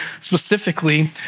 specifically